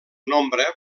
nombre